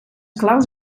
claus